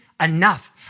enough